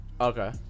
Okay